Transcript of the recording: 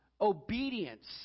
obedience